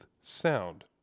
sound